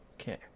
Okay